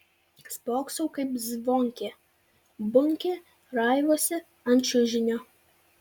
spoksau kaip zvonkė bunkė raivosi ant čiužinio